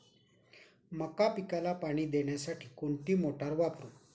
मका पिकाला पाणी देण्यासाठी कोणती मोटार वापरू?